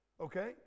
okay